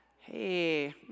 Hey